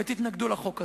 תתנגדו לחוק הזה.